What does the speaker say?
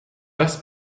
das